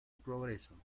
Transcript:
progreso